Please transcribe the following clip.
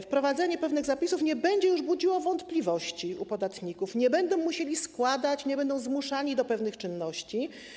Wprowadzenie pewnych zapisów nie będzie już budziło wątpliwości u podatników, nie będą musieli składać, nie będą zmuszani do pewnych czynności.